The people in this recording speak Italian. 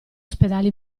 ospedali